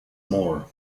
more